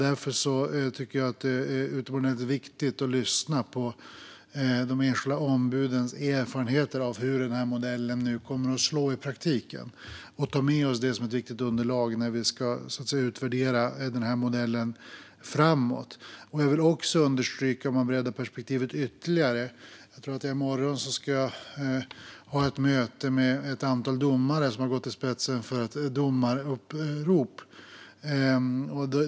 Därför tycker jag att det är utomordentligt viktigt att lyssna på de enskilda ombudens erfarenheter av hur denna modell slår i praktiken och ta med oss det som ett viktigt underlag när vi ska utvärdera modellen för framtiden. Jag kan bredda perspektivet ytterligare. I morgon ska jag ha ett möte med ett antal domare som har gått i spetsen för ett domarupprop.